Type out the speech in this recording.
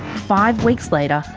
five weeks later,